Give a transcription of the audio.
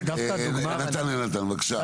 נתן אלנתן, בבקשה.